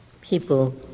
People